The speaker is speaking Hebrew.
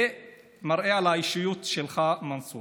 זה מראה את האישיות שלך, מנסור.